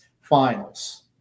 Finals